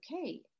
okay